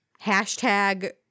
Hashtag